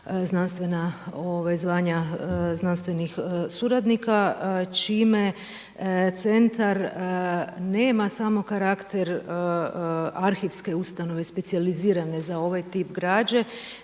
znanstvena zvanja znanstvenih suradnika čime centar nema samo karakter arhivske ustanove specijalizirane za ovaj tip građe